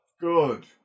Good